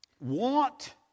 want